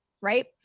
right